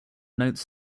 notes